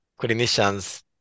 clinicians